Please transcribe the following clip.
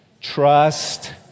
Trust